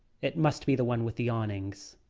it must be the one with the awnings.